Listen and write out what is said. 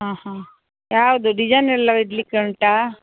ಹಾಂ ಹಾಂ ಯಾವುದು ಡಿಸೈನ್ ಎಲ್ಲ ಇಡಲಿಕ್ಕೆ ಉಂಟಾ